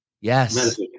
Yes